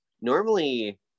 normally